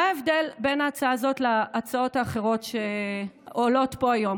מה ההבדל בין ההצעה הזאת להצעות האחרות שעולות פה היום?